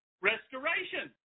restoration